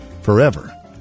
forever